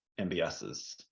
MBSs